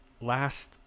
last